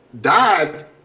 died